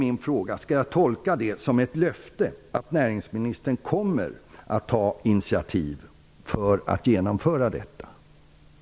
Skall jag tolka det som ett löfte om att näringsministern kommer att ta initiativ för att genomföra en sådan samordning?